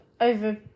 over